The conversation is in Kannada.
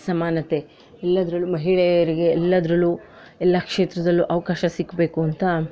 ಸಮಾನತೆ ಎಲ್ಲದ್ರಲ್ಲೂ ಮಹಿಳೆಯರಿಗೆ ಎಲ್ಲದರಲ್ಲೂ ಎಲ್ಲ ಕ್ಷೇತ್ರದಲ್ಲೂ ಅವಕಾಶ ಸಿಗಬೇಕು ಅಂತ